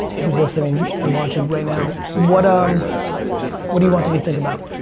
who is listening and watching right now. what um what do you want them to think about,